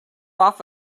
off